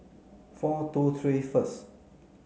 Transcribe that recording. four two three first